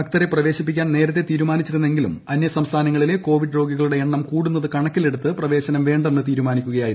ഭക്തരെ പ്രവേശിപ്പിക്കാൻ നേരത്തെ തീരുമാനിച്ചിരുന്നെങ്കിലും അന്യസംസ്ഥാനങ്ങളിലെ കോവിഡ് രോഗികളുടെ എണ്ണം കൂടുന്നത് കണക്കിലെടുത്ത് അനുവദിക്കേണ്ടെന്ന് പ്രവേശനം തീരുമാനിക്കുകയായിരുന്നു